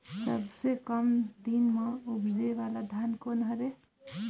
सबसे कम दिन म उपजे वाला धान कोन हर ये?